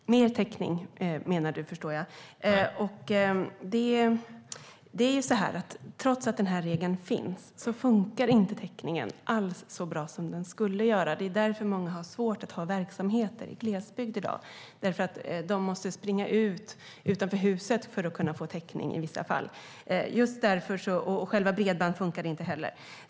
Fru talman! Mer täckning menar du, Erik Ottoson, förstår jag. Trots att denna regel finns fungerar täckningen inte alls så bra som den skulle göra. Det är därför många har svårt att ha verksamheter i glesbygd i dag. De måste i vissa fall springa ut ur huset för att få täckning. Själva bredbandet fungerar inte heller.